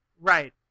Right